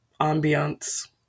ambiance